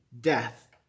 death